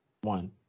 One